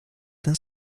ten